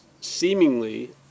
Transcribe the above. seemingly